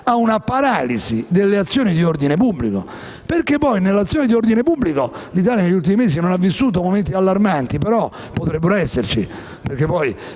a una paralisi delle azioni di ordine pubblico, perché poi nell'azione di ordine pubblico l'Italia negli ultimi mesi non ha vissuto momenti allarmanti, ma potrebbero esserci. È infatti